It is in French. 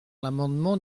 l’amendement